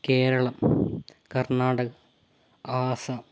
Keralam Karnatakam Assam